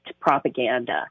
propaganda